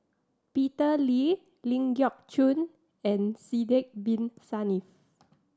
Peter Lee Ling Geok Choon and Sidek Bin Saniff